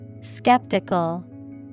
Skeptical